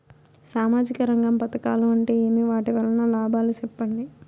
సామాజిక రంగం పథకాలు అంటే ఏమి? వాటి వలన లాభాలు సెప్పండి?